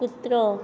कुत्रो